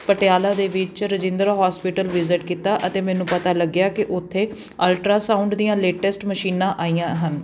ਪਟਿਆਲਾ ਦੇ ਵਿੱਚ Rajindra hospital visit ਕੀਤਾ ਅਤੇ ਮੈਨੂੰ ਪਤਾ ਲੱਗਿਆ ਕਿ ਉੱਥੇ ਅਲਟਰਾਸਾਊਂਡ ਦੀਆਂ ਲੇਟੈਸਟ ਮਸ਼ੀਨਾਂ ਆਈਆਂ ਹਨ